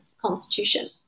constitution